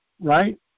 Right